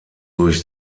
durch